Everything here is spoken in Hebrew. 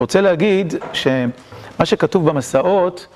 רוצה להגיד שמה שכתוב במסעות